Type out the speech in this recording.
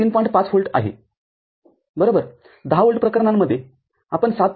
५ volt आहे बरोबर १० volt प्रकरणांमध्येआपण ७